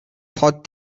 thought